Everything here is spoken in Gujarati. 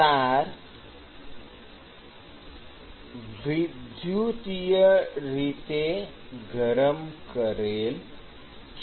તાર વિદ્યુતીય રીતે ગરમ કરેલ છે